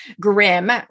grim